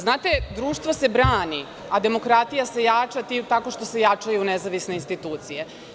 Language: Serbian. Znate, društvo se brani, a demokratija se jača time tako što se jačaju nezavisne institucije.